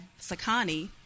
sakani